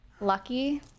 lucky